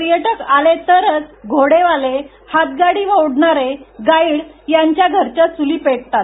पर्यटक आले तरच घोडेवाले हातगाडी ओढणारे गाईड यांच्या घरच्या चुली पेटतात